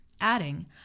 Adding